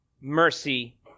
mercy